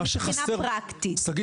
מבחינה פרקטית,